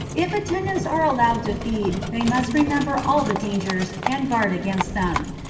if attendants are allowed to feed, they must remember all the dangers, and guard against them.